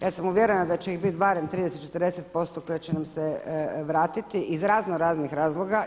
Ja sam uvjerena da će ih biti barem 30, 40 posto koja će nam se vratiti iz raznoraznih razloga.